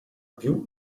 più